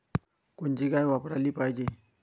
कोनची गाय वापराली पाहिजे?